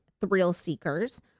thrill-seekers